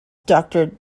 doctor